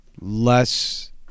less